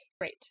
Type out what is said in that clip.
Great